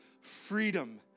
freedom